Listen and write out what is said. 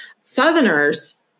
Southerners